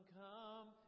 come